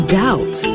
doubt